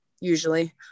usually